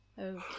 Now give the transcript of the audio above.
Okay